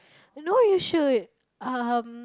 no you should um